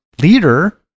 leader